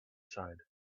side